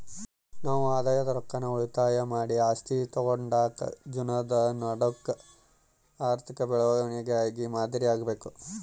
ನಾವು ಆದಾಯದ ರೊಕ್ಕಾನ ಉಳಿತಾಯ ಮಾಡಿ ಆಸ್ತೀನಾ ತಾಂಡುನಾಕ್ ಜನುದ್ ನಡೂಕ ಆರ್ಥಿಕ ಬೆಳವಣಿಗೆಲಾಸಿ ಮಾದರಿ ಆಗ್ಬಕು